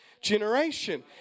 generation